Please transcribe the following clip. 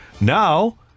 Now